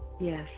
Yes